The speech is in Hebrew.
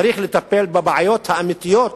צריך לטפל בבעיות האמיתיות